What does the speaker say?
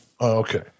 Okay